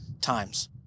times